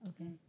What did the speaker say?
Okay